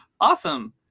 awesome